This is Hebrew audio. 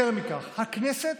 יותר מכך, הכנסת